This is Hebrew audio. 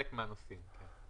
הבקשה היא שיסתכלו במצטבר.